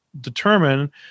determine